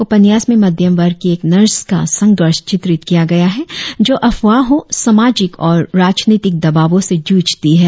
उपन्यास में मध्यम वर्ग की एक नर्स का संघर्ष चित्रित किया गया है जो अफवाहों सामाजिक और राजनीतिक दबावों से जूझती है